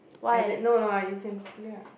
as in no no you can pull it up